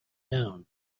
down